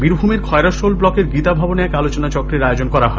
বীরভূমের খয়ডাশোল ব্লকের গীতা ভবনে এক আলোচনাচক্রের আয়োজন করা হয়